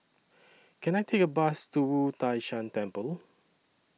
Can I Take A Bus to Wu Tai Shan Temple